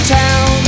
town